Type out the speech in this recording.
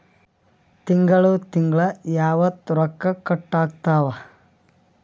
ತಿಂಗಳ ತಿಂಗ್ಳ ಯಾವತ್ತ ರೊಕ್ಕ ಕಟ್ ಆಗ್ತಾವ?